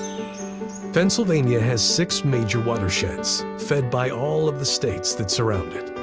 pennsylvania has six major watersheds, fed by all of the states that surround it.